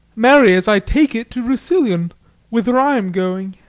marry, as i take it, to rousillon whither i am going.